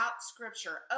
Scripture